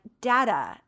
data